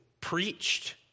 preached